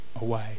away